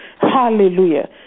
Hallelujah